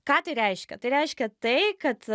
ką tai reiškia tai reiškia tai kad